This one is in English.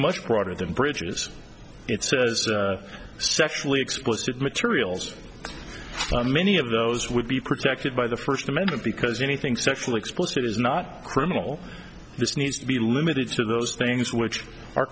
much broader than bridges it's sexually explicit materials many of those would be protected by the first amendment because anything sexual explicit is not criminal this needs to be limited to those things which are